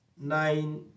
nine